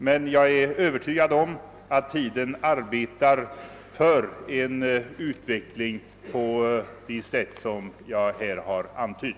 Men jag är övertygad om att tiden arbetar för en utveckling av det slag som jag här har antytt.